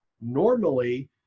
normally